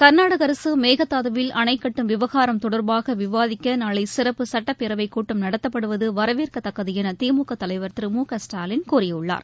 கர்நாடக அரசு மேகதாதுவில் அணை கட்டும் விவகாரம் தொடர்பாக விவாதிக்க நாளை சிறப்பு சட்டப்பேரவை கூட்டம் நடத்தப்படுவது வரவேற்கத்தக்கது என திமுக தலைவர் திரு மு க ஸ்டாலின் கூறியுள்ளார்